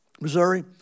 Missouri